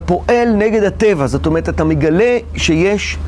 פועל נגד הטבע, זאת אומרת אתה מגלה שיש